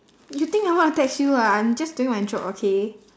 you think I want to text you ah I'm just doing my job okay